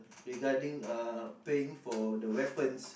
regarding uh paying for the weapons